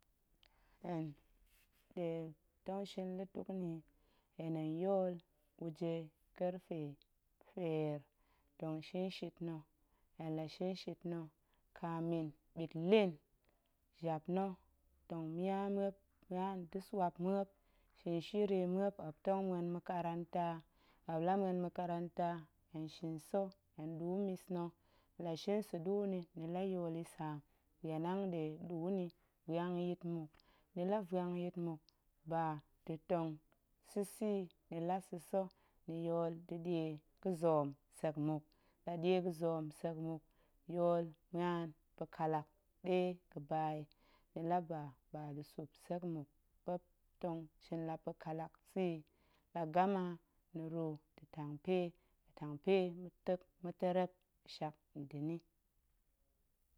Hen nɗe tong shin lutuk nni yi, hen tong yool weje kefe feer tong shinshit na̱, hen la shinshit na̱ kamin ɓitlin jap na̱, tong mia muop muan da̱ swap muop, shiri muop, muop tong muen makaranta, muop la muop muen makaranta hen shin sa̱ hen ɗuu mmis na̱, hen la shin sa̱ ɗuu nni ni la yool nyitsaam, ɓuan hanga̱ɗe ɗuu nni vuang yit muk, ni la vuang yit muk, ba da̱ tong sa̱sa̱ yi, ni la sa̱sa̱ ni yool da̱ ɗie hanga̱ɗe ga̱zoom nsek muk, la ɗie ga̱zoom nsek muk, yool muan pa̱ ƙallak ɗe ga̱ba yi, ni la ba bada̱ supsek muk, ɓop tong shin la pa̱ ƙallak sa̱ yi, la gama ni ru da̱ tang pe, tang pe ma̱tek ma̱terrep ga̱shak nda̱ ni.